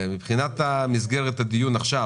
זה רק דיון פתיחה, דיון ראשון.